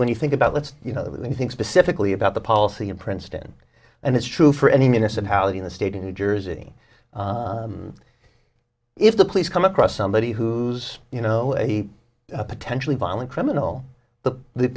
when you think about let's you know they think specifically about the policy in princeton and it's true for any municipality in the state of new jersey if the police come across somebody who's you know a potentially violent criminal but the